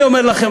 אני אומר לכם,